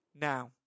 Now